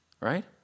Right